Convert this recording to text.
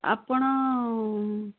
ଆପଣ